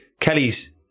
Kelly's